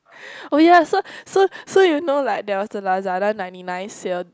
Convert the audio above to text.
oh ya so so so you know like there was the Lazada ninety nine sale